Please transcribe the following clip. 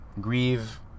grieve